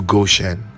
Goshen